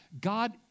God